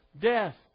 death